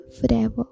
forever